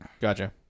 gotcha